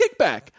kickback